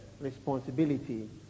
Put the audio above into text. responsibility